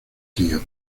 tío